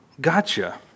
gotcha